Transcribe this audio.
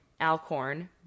Alcorn